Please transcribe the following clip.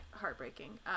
heartbreaking